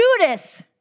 Judas